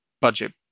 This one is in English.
budget